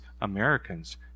Americans